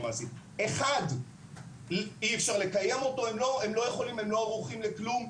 מעשית אי אפשר לקיים אותו והם לא יכולים והם לא ערוכים לכלום?